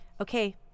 okay